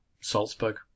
Salzburg